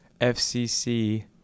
FCC